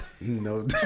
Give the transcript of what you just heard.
No